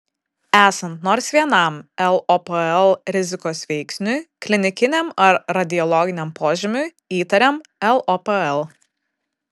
esant nors vienam lopl rizikos veiksniui klinikiniam ar radiologiniam požymiui įtariam lopl